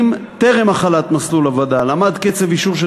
שטרם החלת מסלול הווד"ל עמד קצב אישור של